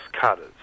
cutters